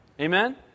Amen